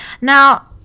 Now